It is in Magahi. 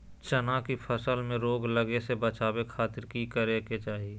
चना की फसल में रोग लगे से बचावे खातिर की करे के चाही?